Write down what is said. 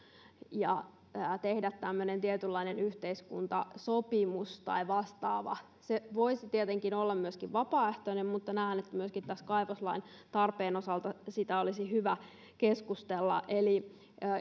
tehdä tämmöinen tietynlainen yhteiskuntasopimus tai vastaava se voisi tietenkin olla myöskin vapaaehtoinen mutta näen että myöskin tässä kaivoslain tarpeen osalta siitä olisi hyvä keskustella eli